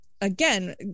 again